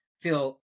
feel